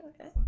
okay